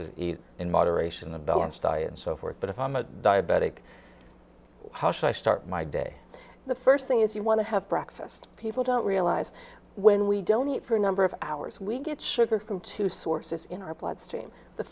is in moderation a balanced diet and so forth but if i'm a diabetic how should i start my day the first thing is you want to have breakfast people don't realize when we don't eat for a number of hours we get sugar from two sources in our bloodstream the